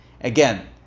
Again